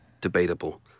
debatable